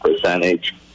percentage